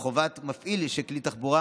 וחובת מפעיל של כלי תחבורה